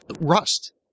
rust